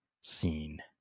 seen